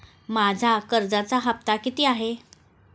माझा कर्जाचा हफ्ता किती आहे?